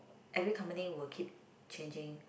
every company will keep changing